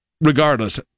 Regardless